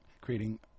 creating